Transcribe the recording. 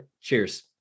Cheers